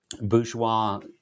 bourgeois